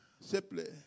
simply